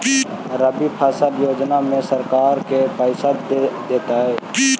रबि फसल योजना में सरकार के पैसा देतै?